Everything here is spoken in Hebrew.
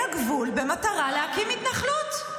אל הגבול במטרה להקים התנחלות.